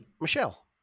Michelle